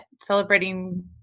celebrating